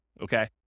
okay